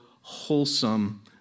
wholesome